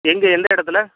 எங்கே எந்த இடத்துல